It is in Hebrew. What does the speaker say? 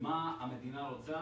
מה המדינה רוצה